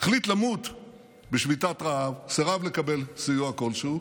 למות בשביתת רעב, סירב לקבל סיוע כלשהו.